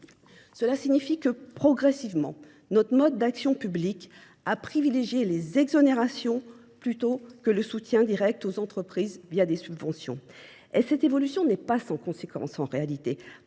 Cela signifie que, progressivement, notre mode d’action publique a privilégié les exonérations plutôt que le soutien direct aux entreprises des subventions. Cette évolution n’est pas sans conséquence : elle